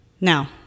Now